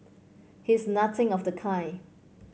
he is nothing of the kind